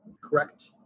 correct